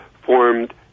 formed